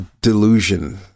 delusion